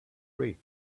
three